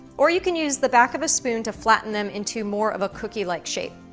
or you can use the back of a spoon to flatten them into more of a cookie-like shape.